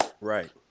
Right